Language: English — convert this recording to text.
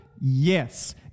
yes